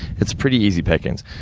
it's pretty easy pickings.